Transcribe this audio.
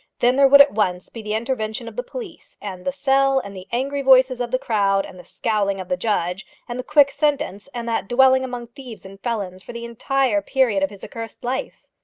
then there would at once be the intervention of the police, and the cell, and the angry voices of the crowd, and the scowling of the judge, and the quick sentence, and that dwelling among thieves and felons for the entire period of his accursed life!